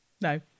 No